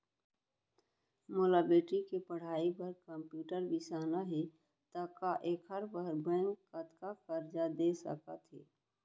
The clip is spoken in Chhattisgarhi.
मोला बेटी के पढ़ई बार कम्प्यूटर बिसाना हे त का एखर बर बैंक कतका करजा दे सकत हे?